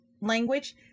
language